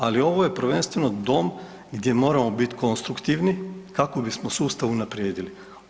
Ali ovo je prvenstveno dom gdje moramo biti konstruktivni kako bismo sustav unaprijedili.